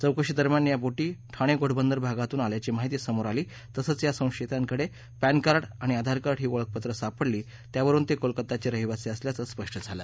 चौकशीदरम्यान या बोटी ठाणे घोडबंदर भागातून आल्याची माहिती समोर आली तसंच या संशितांकडे पक्रिार्ड व आधारकार्ड ही ओळखपत्र सापडली त्यावरून ते कोलकत्ताचे रहिवासी असल्याचं स्पष्ट झालं